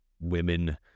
women